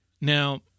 Now